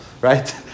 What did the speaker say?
right